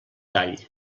tall